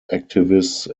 activists